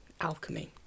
alchemy